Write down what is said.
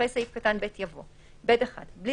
אחרי סעיף קטן (ב) יבוא: "(ב1) בלי